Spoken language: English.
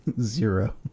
zero